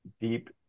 deep